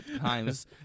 times